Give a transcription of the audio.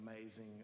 amazing